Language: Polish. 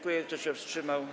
Kto się wstrzymał?